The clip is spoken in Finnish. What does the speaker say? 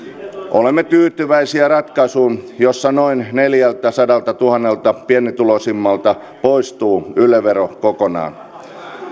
olemme tyytyväisiä ratkaisuun jossa noin neljältäsadaltatuhannelta pienituloisimmalta poistuu yle vero kokonaan